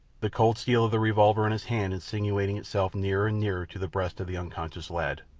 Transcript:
the cold steel of the revolver in his hand insinuated itself nearer and nearer to the breast of the unconscious lad.